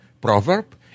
proverb